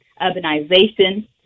urbanization